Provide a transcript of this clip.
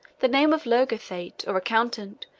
the name of logothete, or accountant,